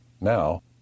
Now